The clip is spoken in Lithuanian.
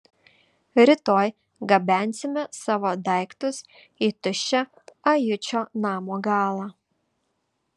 rytoj gabensime savo daiktus į tuščią ajučio namo galą